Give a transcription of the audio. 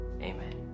amen